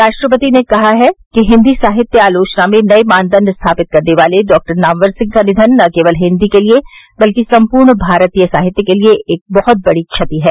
राष्ट्रपति ने कहा है कि हिन्दी साहित्य आलोचना में नए मानदंड स्थापित करने वाले डॉक्टर नामवर सिंह का निधन न केवल हिन्दी के लिए बल्कि सम्पूर्ण भारतीय साहित्य के लिए बहुत बड़ी क्षति है